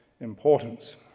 importance